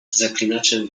zaklinaczem